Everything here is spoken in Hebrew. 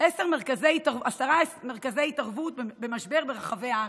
עשרה מרכזי התערבות במשבר ברחבי הארץ.